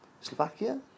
Slovakia